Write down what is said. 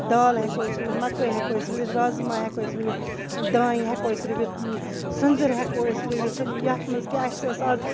دالہٕ ہیٚکو أسۍ رُوِتھ مکٲے ہیٚکو أسۍ رُوِتھ رازما ہیٚکو أسۍ رُوِتھ دانہِ ہیٚکو أسۍ رُوِتھ سٔنٛدٕر ہیٚکو أسۍ رُوِتھ یَتھ منٛز کہِ اَسہِ ٲس اَز